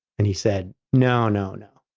and he said, no, no, no.